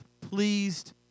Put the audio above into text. pleased